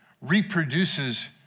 reproduces